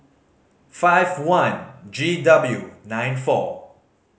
five one G W nine four